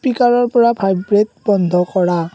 স্পিকাৰৰ পৰা ভাইব্ৰেট বন্ধ কৰা